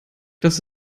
das